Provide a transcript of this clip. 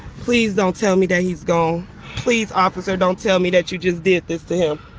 please don't tell me that he's gone. please, officer, don't tell me that you just did this to him.